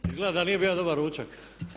Izgleda da nije bio dobar ručak.